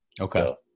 Okay